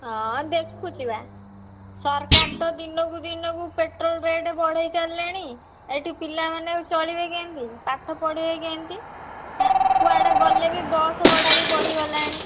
ହଁ ଦେଖୁଛି ବା ସରକାର ତ ଦିନକୁ ଦିନକୁ ପେଟ୍ରୋଲ୍ ରେଟ୍ ବଢ଼େଇ ଚାଲିଲେଣି ଏଇଠି ପିଲାମାନେ ଚଳିବେ କେମିତି ପାଠ ପଢ଼ିବେ କେମିତି କୁଆଡେ ଗଲେ ବି ବସ୍ ଭଡା ବି ବଢ଼ିଗଲାଣି